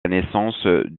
naissance